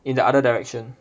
in the other direction